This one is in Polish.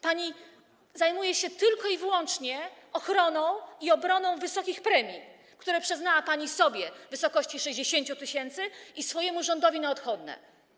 Pani zajmuje się tylko i wyłącznie ochroną i obroną wysokich premii, które przyznała pani sobie, w wysokości 60 tys., i swojemu rządowi na odchodne.